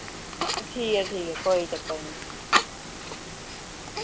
एहा ठीक ऐ ठीक ऐ कोई चक्कर निं